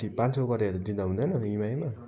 पाँच सौ गरेर दिँदा हुँदैन इएमआईमा